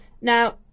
Now